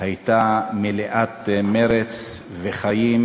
הייתה מלאת מרץ וחיים.